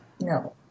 No